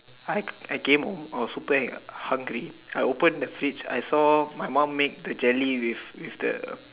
I I came home I was super hungry I open the fridge I saw my mum make the jelly with with the